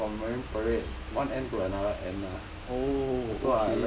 no lah from marine parade one end to another end ah